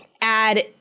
add